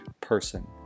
person